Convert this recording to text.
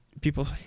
People